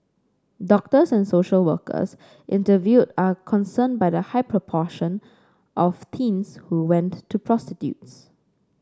doctors and social workers interviewed are concerned by the high proportion of teens who went to prostitutes